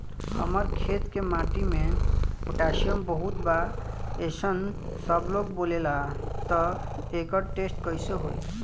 हमार खेत के माटी मे पोटासियम बहुत बा ऐसन सबलोग बोलेला त एकर टेस्ट कैसे होई?